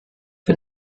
für